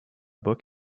book